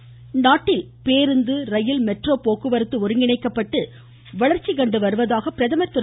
பிரதமர் நாட்டில் பேருந்து ரயில் மெட்ரோ போக்குவரத்து அஒருங்கிணைக்கப்பட்டு வளர்ச்சி கண்டு வருவதாக பிரதமர் திரு